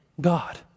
God